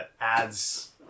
adds